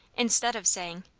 instead of saying,